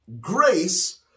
Grace